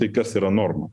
tai kas yra norma